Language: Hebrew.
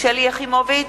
שלי יחימוביץ,